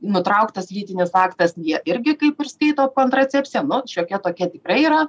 nutrauktas lytinis aktas jie irgi kaip ir skaito kontracepcija nu šiokia tokia tikrai yra